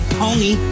pony